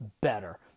better